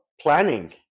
planning